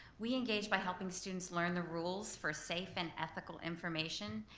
we engage by helping students learn the rules for safe and ethical information.